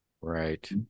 Right